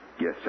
yes